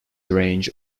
range